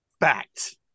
Fact